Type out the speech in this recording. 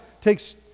takes